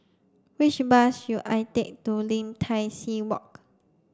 which bus should I take to Lim Tai See Walk